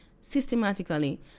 systematically